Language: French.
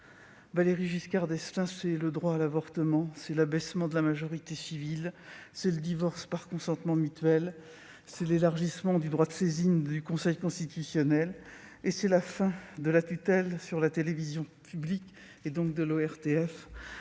Valéry Giscard d'Estaing, c'est le droit à l'avortement, c'est l'abaissement de la majorité civile, c'est le divorce par consentement mutuel, c'est l'élargissement du droit de saisine du Conseil constitutionnel et c'est la fin de la tutelle de l'Office de